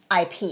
ip